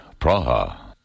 Praha